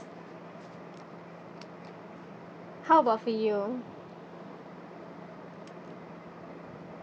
how about for you